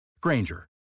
Granger